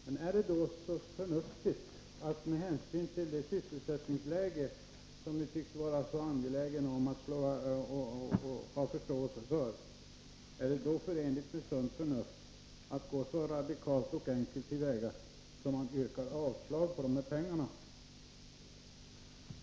Men är det då så förnuftigt, med hänsyn till det sysselsättningsläge som ni tycks ha förståelse för, att gå så radikalt till väga att man yrkar avslag på förslaget om de här pengarna?